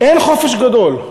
אין חופש גדול.